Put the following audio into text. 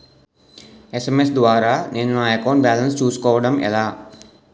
SMS ద్వారా నేను నా అకౌంట్ బాలన్స్ చూసుకోవడం ఎలా?